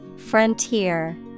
Frontier